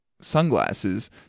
sunglasses